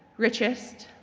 richest,